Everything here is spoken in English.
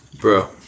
Bro